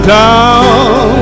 down